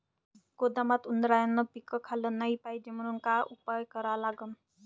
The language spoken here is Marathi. गोदामात उंदरायनं पीक खाल्लं नाही पायजे म्हनून का उपाय करा लागन?